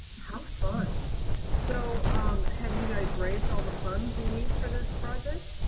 how fun so um have you guys raised all the funds you need for this project?